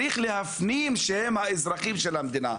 יש להפנים שהם האזרחים של המדינה.